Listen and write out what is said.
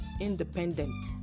independent